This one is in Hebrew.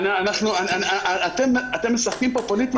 אתם משחקים כאן פוליטיקה.